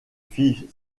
fit